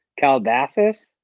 Calabasas